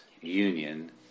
union